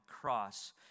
cross